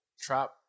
trap